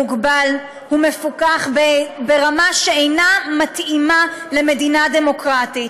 מוגבל, ומפוקח ברמה שאינה מתאימה למדינה דמוקרטית.